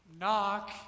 Knock